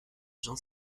jean